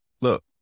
Look